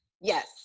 Yes